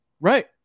Right